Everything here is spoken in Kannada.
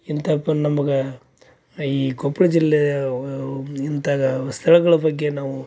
ಇಂಥ ಪ ನಮ್ಗೆ ಈ ಕೊಪ್ಪಳ ಜಿಲ್ಲೆ ಇಂತಾಗ ಸ್ಥಳಗಳ ಬಗ್ಗೆ ನಾವು